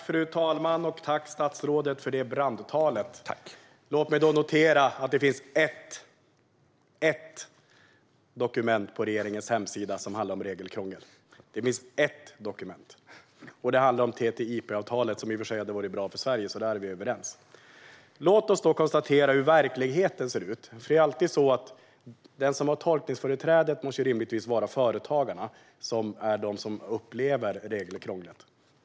Fru talman! Jag tackar statsrådet för detta brandtal. Låt mig då notera att det finns ett dokument på regeringens hemsida som handlar om regelkrångel, och det handlar om TTIP-avtalet. Det avtalet hade i och för sig varit bra för Sverige; där är vi överens. Låt oss då konstatera hur verkligheten ser ut. Det måste rimligtvis alltid vara så att det är företagarna som har tolkningsföreträde, eftersom det är företagarna som upplever regelkrånglet.